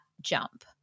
jump